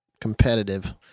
competitive